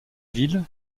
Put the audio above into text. ville